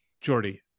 Jordy